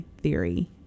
theory